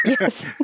Yes